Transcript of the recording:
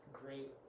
great